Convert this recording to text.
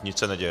Nic se neděje.